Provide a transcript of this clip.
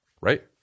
Right